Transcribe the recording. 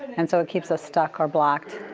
and so it keeps us stuck or block,